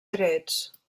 trets